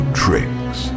tricks